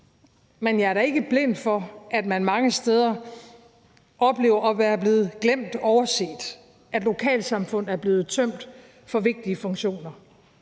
men jeg er da ikke blind for, at man mange steder oplever at være blevet glemt og overset, at lokalsamfund er blevet tømt for vigtige funktioner.